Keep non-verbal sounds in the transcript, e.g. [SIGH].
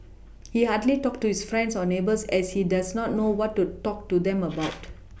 [NOISE] [NOISE] he hardly talks to his friends or neighbours as he does not know what to talk to them about [NOISE]